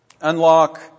Unlock